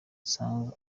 songa